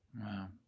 Wow